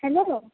hello